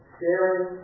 sharing